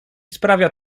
sprawia